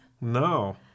No